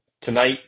tonight